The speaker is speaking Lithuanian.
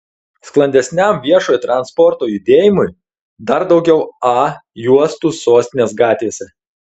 sklandesniam viešojo transporto judėjimui dar daugiau a juostų sostinės gatvėse